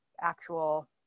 actual